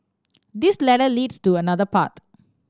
this ladder leads to another path